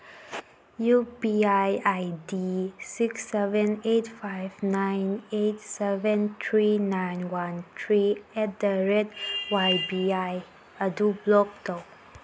U P I I D six seven eight five nine eight seven three nine one three at the rate Y B I ꯑꯗꯨ block ꯇꯧ